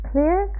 Clear